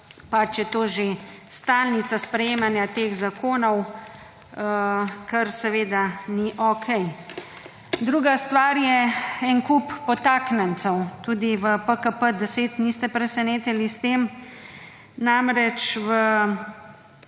pač je to že stalnica sprejemanja teh zakonov, kar seveda ni okej. Druga stvar je en kup podtaknjencev. Tudi v PKP10 niste presenetili s tem. Namreč, v